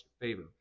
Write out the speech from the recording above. favor